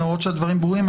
למרות שהדברים ברורים.